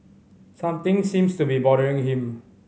something seems to be bothering him